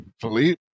Philippe